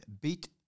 beat